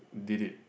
did it